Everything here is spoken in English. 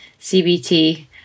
CBT